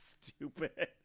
Stupid